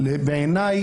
בעיניי,